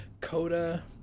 Coda